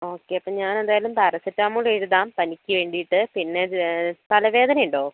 okay ഞാൻ എന്തായാലും paracetamol എഴുതാം പനിക്ക് വേണ്ടിട്ട് പിന്നെ തലവേദന ഉണ്ടോ